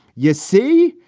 you see.